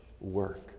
work